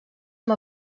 amb